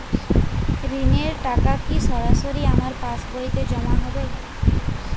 ঋণের টাকা কি সরাসরি আমার পাসবইতে জমা হবে?